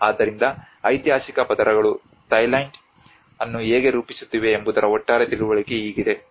ಆದ್ದರಿಂದ ಐತಿಹಾಸಿಕ ಪದರಗಳು ಥೈಲ್ಯಾಂಡ್ ಅನ್ನು ಹೇಗೆ ರೂಪಿಸುತ್ತಿವೆ ಎಂಬುದರ ಒಟ್ಟಾರೆ ತಿಳುವಳಿಕೆ ಹೀಗಿದೆ